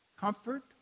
Comfort